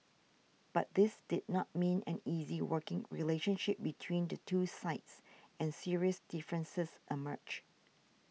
but this did not mean an easy working relationship between the two sides and serious differences emerged